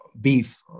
Beef